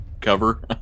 cover